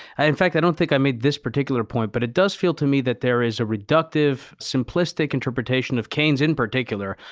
in fact, i don't think i made this particular point, but it does feel to me that there is a reductive simplistic interpretation of keynes in particular,